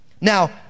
Now